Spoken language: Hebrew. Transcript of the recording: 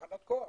תחנות כוח